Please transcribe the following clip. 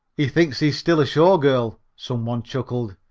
he thinks he's still a show girl, some one chuckled,